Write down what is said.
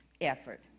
effort